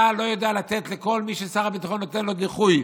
לא יודע לתת לכל מי ששר הביטחון נותן לו דיחוי,